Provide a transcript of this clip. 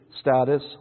status